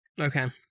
Okay